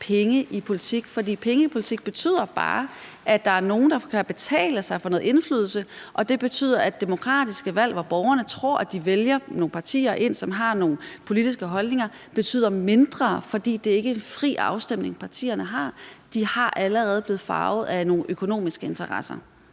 penge i politik? For penge i politik betyder bare, at der er nogle, der kan betale sig til noget indflydelse, og det betyder, at demokratiske valg, hvor borgerne tror, at de vælger nogle partier ind, som har nogle politiske holdninger, betyder mindre, fordi det ikke er en fri afstemning, partierne har; de er allerede blevet farvet af nogle økonomiske interesser.